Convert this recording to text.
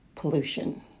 Pollution